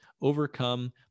overcome